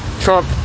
Trump